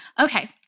Okay